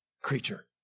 creature